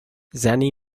زنی